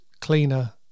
cleaner